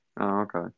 Okay